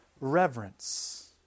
reverence